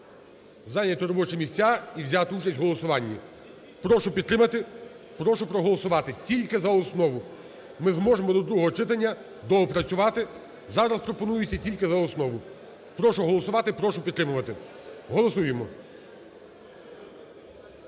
зайняти робочі місця і взяти участь в голосуванні. Прошу підтримати, прошу проголосувати. Тільки за основу, ми зможемо до другого читання доопрацювати, зараз пропонується тільки за основу. Прошу голосувати, прошу підтримати. Голосуємо.